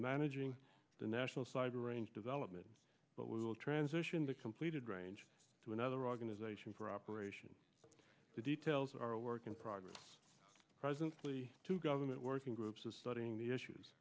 managing the national side range development but will transition the completed range to another organization for operation the details are a work in progress presently to government working groups of studying the issues